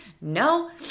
no